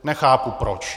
Nechápu proč.